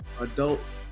adults